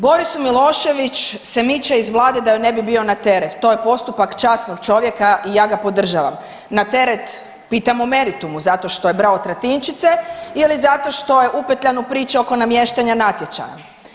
Boris Milošević se miče iz vlade da joj ne bi bio na teret, to je postupak časnog čovjeka i ja ga podržavam, na teret pitam o meritumu zato što je brao tratinčice ili zato što je upetljan u priču oko namještanja natječaja.